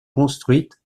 construites